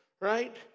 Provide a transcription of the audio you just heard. Right